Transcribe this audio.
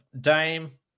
Dame